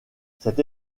cette